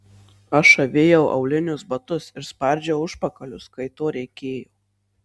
aš avėjau aulinius batus ir spardžiau užpakalius kai to reikėjo